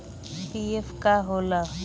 PF का होला?